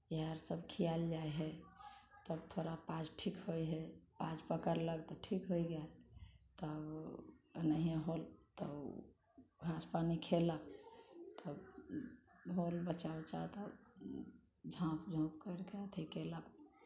इहए सब खियाएल जाइत है तब थोड़ा पाज ठीक होइत है पाज पकड़लक तऽ ठीक होइ गेल तब एनाहिये होल तऽ ओ घास पानि खयलक तब होल बच्चा ऊच्चा तब झांप झुप करि कऽ अथी कयलक